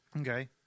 Okay